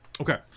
okay